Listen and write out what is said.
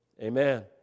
Amen